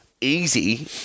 easy